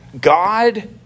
God